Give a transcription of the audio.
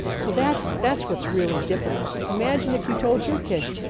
so that's that's what's really difficult. imagine if you told your kids,